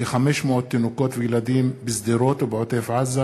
כ-500 תינוקות וילדים בשדרות ובעוטף-עזה